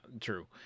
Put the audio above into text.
true